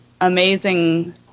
amazing